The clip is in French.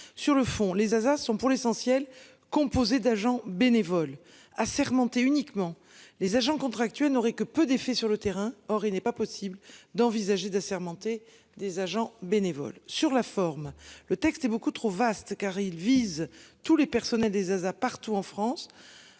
sur le fond les hasards sont pour l'essentiel, composée d'agents bénévole assermentés uniquement les agents contractuels n'aurait que peu d'effets sur le terrain. Or il n'est pas possible d'envisager d'assermenter des agents. Bénévoles sur la forme, le texte est beaucoup trop vaste car il vise tous les personnels des Zaza partout en France.